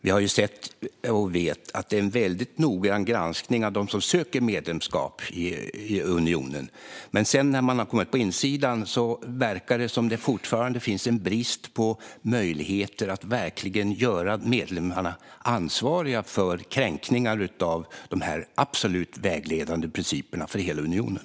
Vi har sett och vet att det är en väldigt noggrann granskning av dem som söker medlemskap i unionen. Men när de sedan har blivit medlemmar och finns på insidan verkar det som att det fortfarande finns en brist på möjligheter att verkligen göra dem ansvariga för kränkningar av dessa absolut vägledande principer för hela unionen.